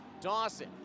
Dawson